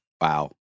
Wow